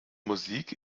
musik